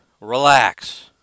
Relax